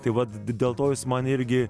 tai vat dėl to jis man irgi